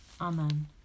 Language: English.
amen